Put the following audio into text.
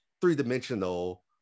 three-dimensional